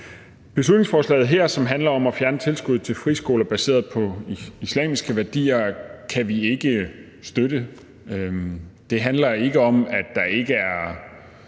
Beslutningsforslaget her, som handler om at fjerne tilskuddet til friskoler baseret på islamiske værdier kan vi ikke støtte. Det handler ikke om, at der ikke er